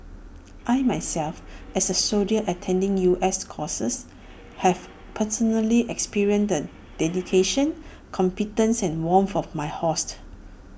I myself as A soldier attending U S courses have personally experienced the dedication competence and warmth of my hosts